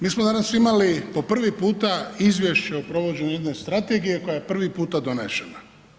Mi smo danas imali po prvi puta izvješće o provođenju jedne strategije koja je prvi puta donešena.